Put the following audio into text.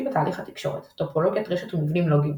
בתהליך התקשורת טופולוגיית רשת ומבנים לוגיים,